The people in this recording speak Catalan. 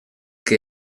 que